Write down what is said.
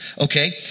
Okay